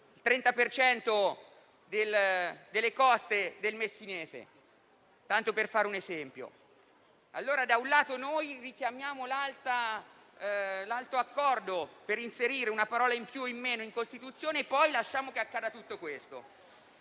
tanto per fare un esempio. Da un lato, richiamiamo l'alto accordo per inserire una parola in più o in meno in Costituzione e poi lasciamo che accada tutto questo.